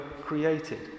created